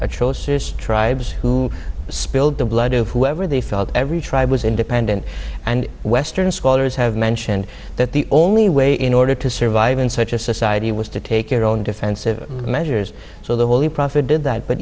atrocious tribes who spilled the blood of whoever they felt every tribe was independent and western scholars have mentioned that the only way in order to survive in such a society was to take their own defensive measures so the holy prophet did that but